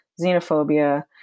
xenophobia